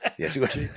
Yes